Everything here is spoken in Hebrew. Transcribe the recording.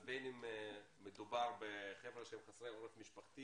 ובין אם מדובר בחבר'ה שהם חסרי עורף משפחתי